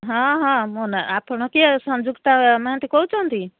ହଁ ହଁ ମୋ ନା ଆପଣ କିଏ ସଂଯୁକ୍ତା ମହାନ୍ତି କହୁଛନ୍ତି